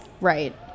right